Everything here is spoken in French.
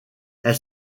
elle